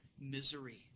misery